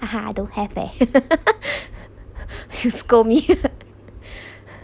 I don't have eh she scold me